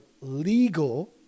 legal